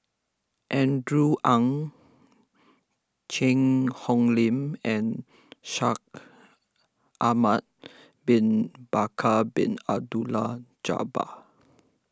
Andrew Ang Cheang Hong Lim and Shaikh Ahmad Bin Bakar Bin Abdullah Jabbar